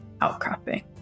outcropping